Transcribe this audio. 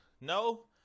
No